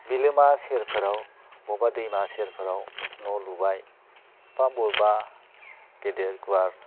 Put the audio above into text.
बिलोमा सेरफोराव बबेबा दैमा सेरफोराव न' लुबाय बा बबेबा गेदेर गुवार